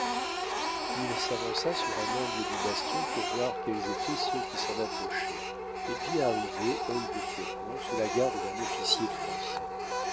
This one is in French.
il s'avança sur un angle du bastion pour voir quels étaient ceux qui s'en approchaient et vit arriver œil defaucon sous la garde d'un officier français